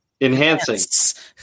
Enhancing